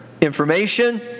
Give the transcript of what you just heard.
information